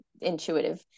intuitive